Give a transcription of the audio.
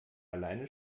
alleine